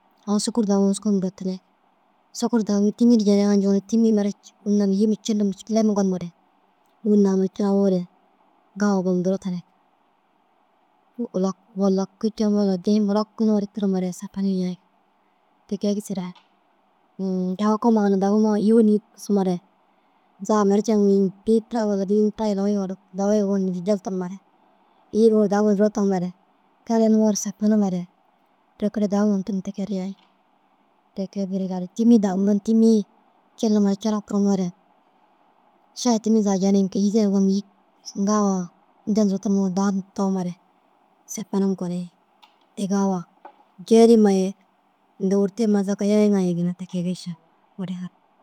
Aũ sukur dagoo sukur duro tuniig. Sukur dagimmi tîmmi di jeniigaa di njoo tîmmii mere îyima cilim lemim gonimare wîna nam ni cirawoore gawa gonum duro tunii lag wulaki cenoore addi mulakinoore tirimere šefenim yayiĩ ti kee gisire. Ũũ gawa kôuma ŋa dagimoo îyii wînigi kisimare zaga mere jeniŋa înni îyii duro tomare kelenimoore sefenimare kelekele num dagima tunum ti kee ru yayii. Ti kee buri gali tîmmi dagimoo tîmmii cilimare cilok tirimoore šai tîmmi zaka jeniŋa kee mizan goniŋa gawa fuñal duro tunumoore daha tunumoore gawa jerimaye nduwirti huma zaka yayii ŋa ye ginna ti kege inšalla buri gali.